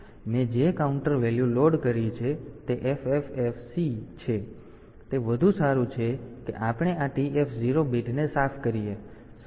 તેથી મેં જે કાઉન્ટ વેલ્યુ લોડ કરી છે તે FFFC છે અને તે વધુ સારું છે કે આપણે આ TF0 બીટને સાફ કરીએ